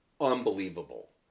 unbelievable